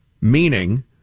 Meaning